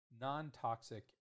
non-toxic